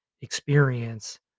experience